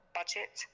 budget